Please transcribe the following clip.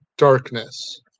Darkness